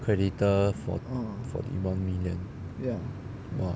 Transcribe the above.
creditor forty one million !wah!